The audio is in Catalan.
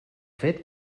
fet